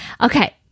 okay